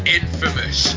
infamous